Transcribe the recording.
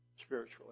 spiritually